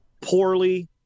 poorly